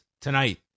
tonight